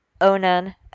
Onan